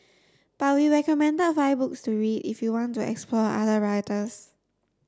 but we recommend five books to read if you want to explore other writers